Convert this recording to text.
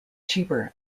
cheaper